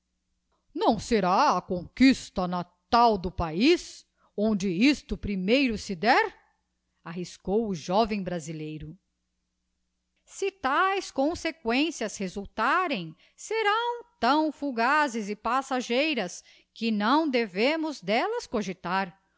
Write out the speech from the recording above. não será a conquista ratai do paiz onde isto primeiro se dér arriscou o joven brasileiro si taes consequências resultarem serão tão fugazes e passageiras que não devemos d'ellas cogitar